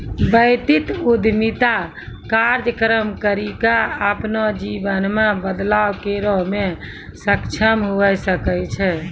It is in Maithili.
व्यक्ति उद्यमिता कार्यक्रम करी के अपनो जीवन मे बदलाव करै मे सक्षम हवै सकै छै